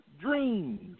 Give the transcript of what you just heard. dreams